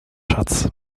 schatz